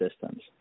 systems